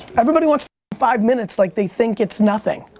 everybody wants five minutes like they think it's nothing.